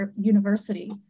University